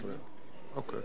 חברתי-כלכלי (תיקוני חקיקה) (הגברת התחרות),